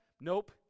Nope